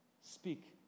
Speak